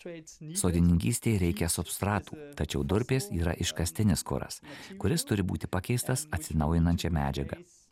greit sodininkystei reikia substratų tačiau durpės yra iškastinis kuras kuris turi būti pakeistas atsinaujinančią medžiagas